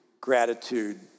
gratitude